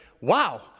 wow